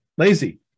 lazy